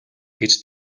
гэж